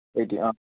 eighty ആ